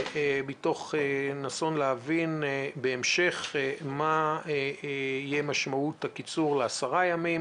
מתוך ניסיון להבין בהמשך מה תהיה משמעות הקיצור ל-10 ימים,